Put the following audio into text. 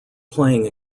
playing